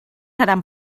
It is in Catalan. seran